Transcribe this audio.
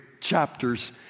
chapters